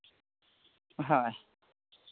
হয়